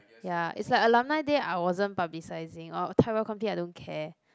ya is like alumni day I wasn't publicising or tell you I don't care